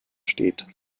steht